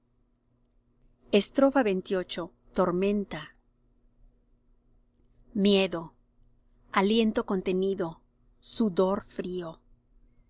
muerto xxviii tormenta miedo aliento contenido sudor frío